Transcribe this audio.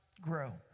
grow